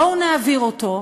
בואו נעביר אותו,